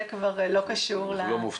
אנחנו לא מופתעים.